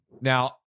Now